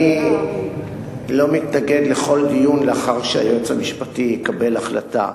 אני לא מתנגד לכל דיון לאחר שהיועץ המשפטי יקבל החלטה,